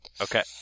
Okay